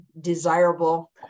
desirable